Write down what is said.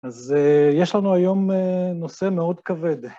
אז יש לנו היום נושא מאוד כבד.